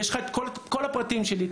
יש לך את כל הפרטים שלי,